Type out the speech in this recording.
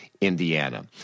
Indiana